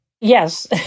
Yes